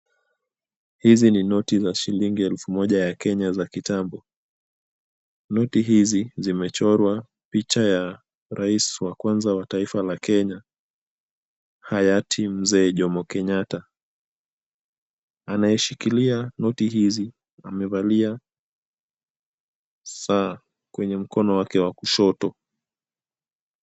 Hizi ni noti za shilingi elfu moja ya Kenya za kitambo. Noti hizi zimechorwa picha ya rais wa kwanza ya taifa la Kenya hayati Mzee Jomo Kenyatta. Anayeshikilia noti hizi amevalia saa kwenye mkono wake wa kushoto.